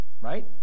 Right